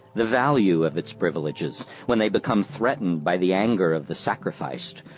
the value of its privileges, when they become threatened by the anger of the sacrificed,